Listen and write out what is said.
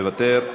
מוותר.